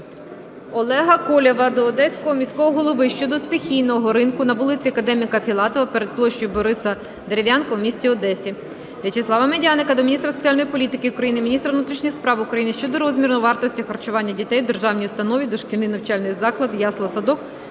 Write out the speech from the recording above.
Олега Колєва до Одеського міського голови щодо стихійного ринку на вулиці Академіка Філатова перед площею Бориса Дерев'янка в місті Одесі. В'ячеслава Медяника до міністра соціальної політики України, міністра внутрішніх справ України щодо розміру вартості харчування дітей у Державній установі "Дошкільний навчальний заклад (ясла-садок)